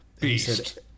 Beast